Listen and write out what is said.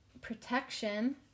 protection